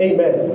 Amen